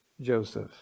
Joseph